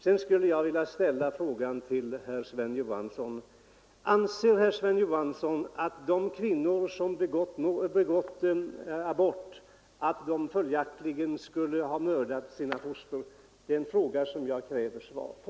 Sedan vill jag ställa denna fråga till Sven Johansson i Skärstad: Anser herr Johansson att de kvinnor som genomgått abort har mördat sina foster? Det är en fråga som jag kräver svar på.